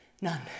none